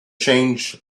changed